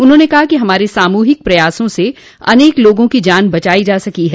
उन्होंने कहा कि हमारे सामूहिक प्रयासों से अनक लोगों की जान बचाई जा सकी है